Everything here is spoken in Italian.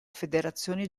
federazioni